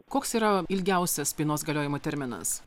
koks yra ilgiausias spynos galiojimo terminas